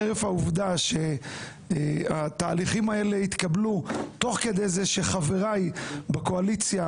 חרף העובדה שהתהליכים האלה יתקבלו תוך כדי זה שחבריי בקואליציה